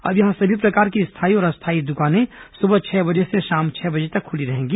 अब यहां सभी प्रकार की स्थायी और अस्थायी दुकानें सुबह छह बजे से शाम छह बजे तक खुली रहेंगी